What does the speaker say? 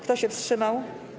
Kto się wstrzymał?